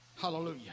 Hallelujah